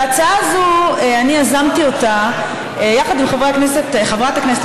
את ההצעה הזאת אני יזמתי יחד עם חברת הכנסת